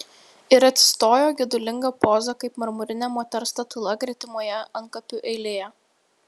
ir atsistojo gedulinga poza kaip marmurinė moters statula gretimoje antkapių eilėje